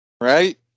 Right